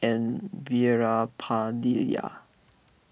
and Veerapandiya